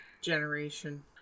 generation